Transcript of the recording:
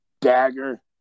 dagger